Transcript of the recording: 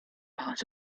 part